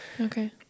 Okay